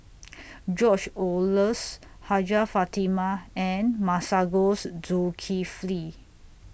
George Oehlers Hajjah Fatimah and Masagos Zulkifli